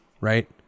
Right